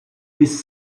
bis